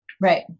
Right